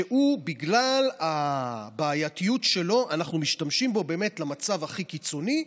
שבגלל הבעייתיות שלו אנחנו משתמשים בו באמת למצב הכי קיצוני,